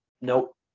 nope